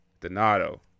Donato